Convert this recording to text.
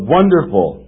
Wonderful